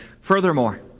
furthermore